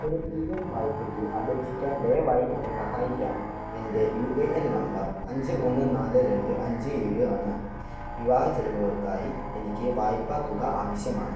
ഒരു P F വായ്പയ്ക്ക് അപേക്ഷിക്കാൻ ദയവായി എന്നെ സഹായിക്കാമോ എൻ്റെ യു എ എൻ നമ്പർ അഞ്ച് ഒന്ന് നാല് രണ്ട് അഞ്ച് ഏഴ് ആണ് വിവാഹ ചെലവുകൾക്കായി എനിക്ക് വായ്പ തുക ആവശ്യമാണ്